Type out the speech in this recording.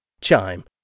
Chime